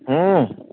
हुँ